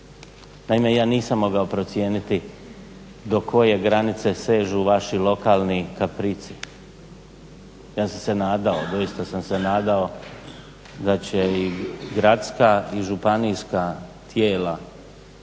Naime ja nisam mogao procijeniti do koje granice sežu vaši lokalni kaprici, ja sam se nadao, doista sam se nadao da će i gradska i županijska tijela